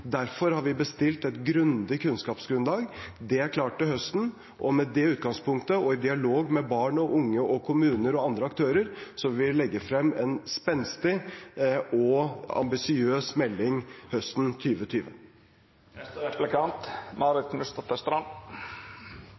Derfor har vi bestilt et grundig kunnskapsgrunnlag. Det er klart til høsten, og med det utgangspunktet og i dialog med barn og unge, kommuner og andre aktører vil vi legge frem en spenstig og ambisiøs melding høsten